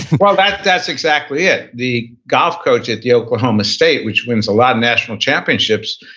well that's that's exactly it. the golf coach at the oklahoma state, which wins a lot of national championships,